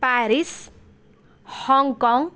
Paris Hong Kong